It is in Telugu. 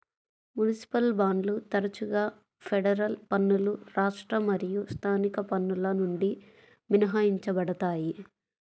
మునిసిపల్ బాండ్లు తరచుగా ఫెడరల్ పన్నులు రాష్ట్ర మరియు స్థానిక పన్నుల నుండి మినహాయించబడతాయి